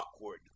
awkward